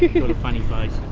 you know funny face.